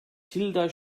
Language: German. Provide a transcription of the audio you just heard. tilda